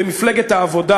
במפלגת העבודה